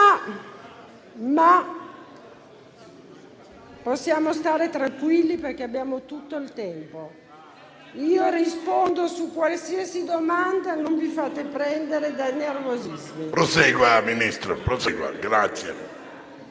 Possiamo stare tranquilli, perché abbiamo tutto il tempo. Io rispondo a qualsiasi domanda. Non vi fate prendere dai nervosismi. PRESIDENTE. Prosegua, Ministro. GARNERO